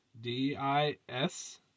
D-I-S